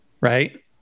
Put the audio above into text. Right